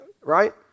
right